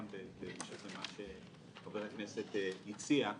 גם בהמשך למה שחבר הכנסת הציע.